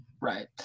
right